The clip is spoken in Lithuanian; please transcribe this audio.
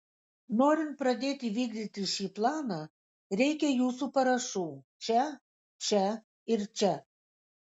norint pradėti vykdyti šį planą reikia jūsų parašų čia čia ir čia